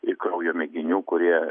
ir kraujo mėginių kurie